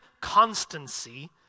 constancy